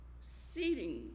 seating